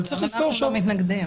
גם אנחנו לא מתנגדים.